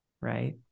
right